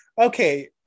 okay